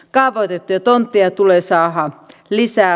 kaavoitettuja tontteja tulee saada lisää